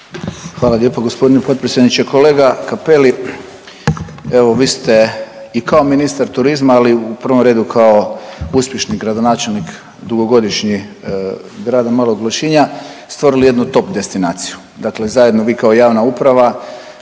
Hvala lijepo g. potpredsjedniče. Kolega Cappelli, evo vi ste i kao ministar turizma, ali u prvom redu kao uspješni gradonačelnik dugogodišnji grada Malog Lošinja stvorili jednu top destinaciju dakle, zajedno vi kao javna uprava